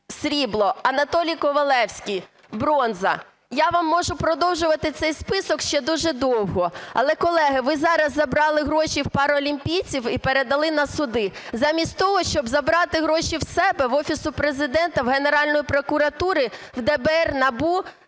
срібло. Анатолій Ковалевський: бронза. Я вам можу продовжувати цей список ще дуже довго, але, колеги, ви зараз забрали гроші в паралімпійців і передали на суди, замість того, щоб забрати гроші в себе, в Офісу Президента, в Генеральної прокуратури, в ДБР, НАБУ,